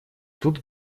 тут